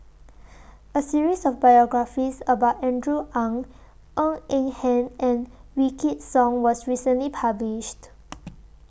A series of biographies about Andrew Ang Ng Eng Hen and Wykidd Song was recently published